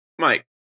Mike